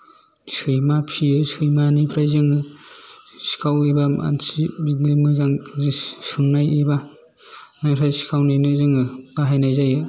सैमा फियो सैमानिफ्राय जोङो सिखाव एबा मानसि बिदिनो मोजां सोंनाय एबा सिखाव नेनो जोङो बाहायनाय जायो